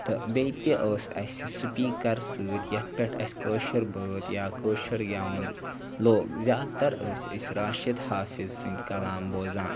تہٕ بیٚیہِ تہِ ٲس اَسہِ سپیٖکَر سۭتۍ یَتھ پٮ۪ٹھ اَسہِ کٲشُر بٲتھ یا کٲشُر گٮ۪وُن لوگ زیادٕتَر ٲسۍ أسۍ راشِد حافِط سٕنٛدۍ کلام بوزان